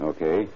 Okay